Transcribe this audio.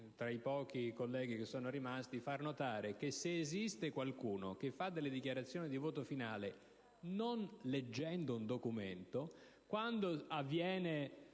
ai pochi colleghi ancora rimasti, che se esiste qualcuno che fa delle dichiarazioni di voto finale non leggendo un documento, quando interviene